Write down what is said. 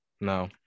no